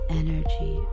energy